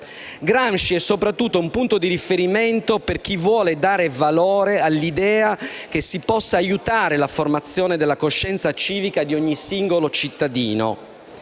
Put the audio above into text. Gramsci è soprattutto un punto di riferimento per chi vuole dare valore all'idea che si possa aiutare la formazione della coscienza civica di ogni singolo cittadino.